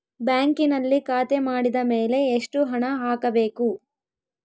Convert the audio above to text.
ಬ್ಯಾಂಕಿನಲ್ಲಿ ಖಾತೆ ಮಾಡಿದ ಮೇಲೆ ಎಷ್ಟು ಹಣ ಹಾಕಬೇಕು?